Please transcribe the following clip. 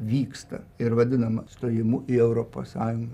vyksta ir vadinama stojimu į europos sąjungą